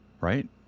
right